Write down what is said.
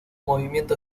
movimiento